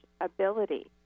ability